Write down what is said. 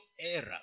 era